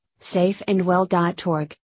Safeandwell.org